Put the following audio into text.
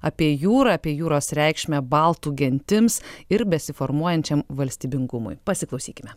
apie jūrą apie jūros reikšmę baltų gentims ir besiformuojančiam valstybingumui pasiklausykime